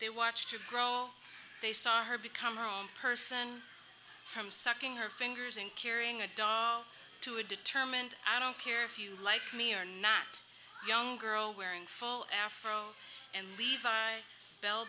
they watched her grow they saw her become own person from sucking her fingers and caring adult to a determined i don't care if you like me or not young girl wearing full afro and levi bell